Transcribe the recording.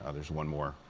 ah there's one more.